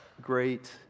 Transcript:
great